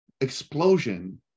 explosion